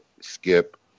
Skip